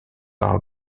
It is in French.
par